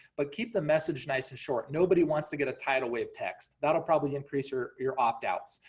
but keep the message nice and short. nobody wants to get a tidal wave text, that'll probably increase your your opt-outs.